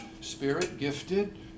Spirit-gifted